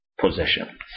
possession